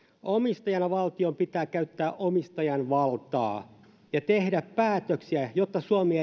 omistajana valtion pitää käyttää omistajan valtaa ja tehdä päätöksiä jotta suomi